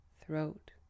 throat